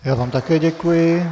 Já vám také děkuji.